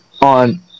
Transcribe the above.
on